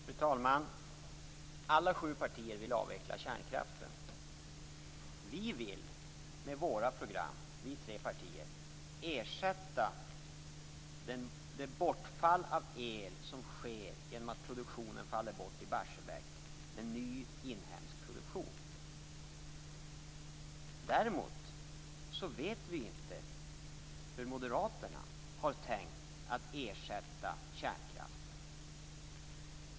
Fru talman! Alla sju partier vill avveckla kärnkraften. Vi tre partier vill med våra program ersätta det bortfall av el som blir följden av att produktionen i Däremot vet vi inte hur moderaterna har tänkt ersätta kärnkraften.